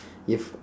if